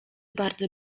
bardzo